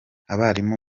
abarimu